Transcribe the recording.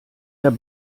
der